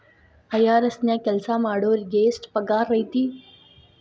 IRS ನ್ಯಾಗ್ ಕೆಲ್ಸಾಮಾಡೊರಿಗೆ ಎಷ್ಟ್ ಪಗಾರ್ ಐತಿ?